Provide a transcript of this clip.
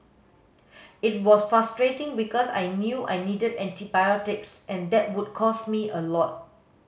it was frustrating because I knew I needed antibiotics and that would cost me a lot